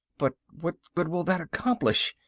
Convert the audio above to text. but what good will that accomplish?